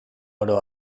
oro